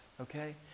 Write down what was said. okay